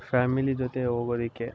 family ಜೊತೆ ಹೋಗೋದಕ್ಕೆ